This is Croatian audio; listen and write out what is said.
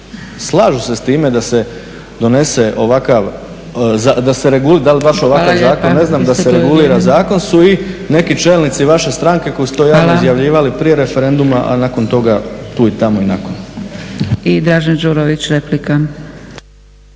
slažu se s time da se donese ovakav, da se regulira da li baš ovakav zakon ne znam, da se regulira zakon su i neki čelnici vaše stranke koji su to javno izjavljivali prije referenduma a nakon toga tu i tamo i nakon.